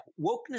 Wokeness